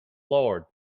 lord